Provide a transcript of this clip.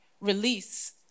release